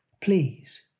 Please